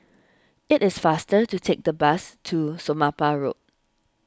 it is faster to take the bus to Somapah Road